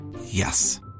Yes